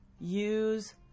use